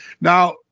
now